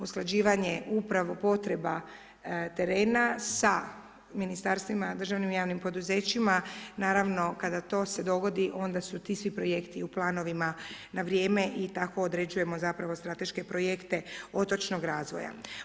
Usklađivanje upravo potreba terena sa Ministarstvima, državnim i javnim poduzećima, naravno kada to se dogodi, onda su ti svi Projekti u planovima na vrijeme, i tako određujemo zapravo strateške projekte otočnog razvoja.